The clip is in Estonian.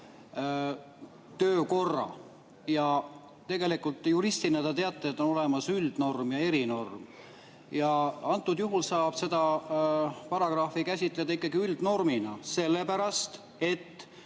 töökorra. Ja tegelikult juristina te teate, et on olemas üldnorm ja erinorm. Antud juhul saab seda paragrahvi käsitleda ikkagi üldnormina, sellepärast et